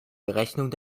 berechnung